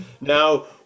Now